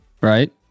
right